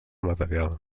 material